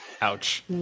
Ouch